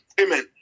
Amen